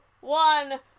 one